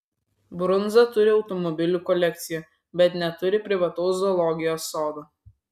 brunza turi automobilių kolekciją bet neturi privataus zoologijos sodo